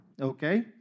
okay